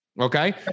Okay